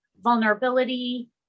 vulnerability